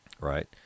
right